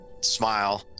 smile